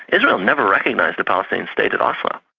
israel's never recognised a palestinian state at oslo.